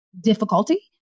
difficulty